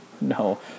No